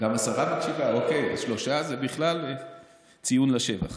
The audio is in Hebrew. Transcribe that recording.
גם השרה מקשיבה, אוקיי, שלושה זה בכלל ציון לשבח.